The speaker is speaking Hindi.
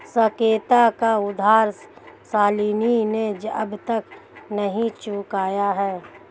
साकेत का उधार शालिनी ने अब तक नहीं चुकाया है